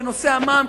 בנושא המע"מ,